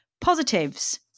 positives